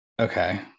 Okay